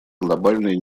глобальный